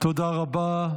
תודה רבה.